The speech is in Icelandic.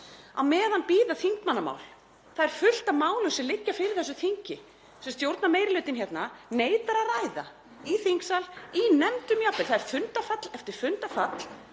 Á meðan bíða þingmannamál. Það er fullt af málum sem liggja fyrir þessu þingi sem stjórnarmeirihlutinn hérna neitar að ræða í þingsal, í nefndum jafnvel. Það er fundafall eftir fundafall